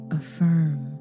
affirm